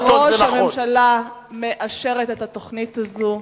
האם לשכת ראש הממשלה מאשרת את התוכנית הזו?